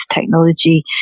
technology